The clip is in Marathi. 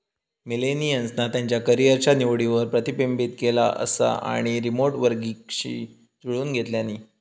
मिलेनियल्सना त्यांच्या करीयरच्या निवडींवर प्रतिबिंबित केला असा आणि रीमोट वर्कींगशी जुळवुन घेतल्यानी